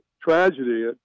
tragedy